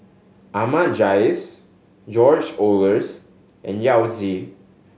Ahmad Jais George Oehlers and Yao Zi